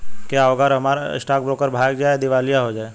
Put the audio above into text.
क्या होगा अगर हमारा स्टॉक ब्रोकर भाग जाए या दिवालिया हो जाये?